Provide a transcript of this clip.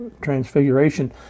transfiguration